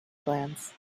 glands